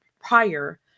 prior